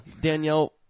Danielle